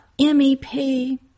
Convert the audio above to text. MEP